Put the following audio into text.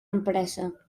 empresa